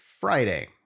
Friday